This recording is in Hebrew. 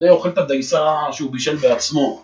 זה אוכל את הדייסה שהוא בישל בעצמו